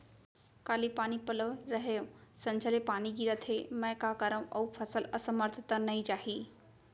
काली पानी पलोय रहेंव, संझा ले पानी गिरत हे, मैं का करंव अऊ फसल असमर्थ त नई जाही?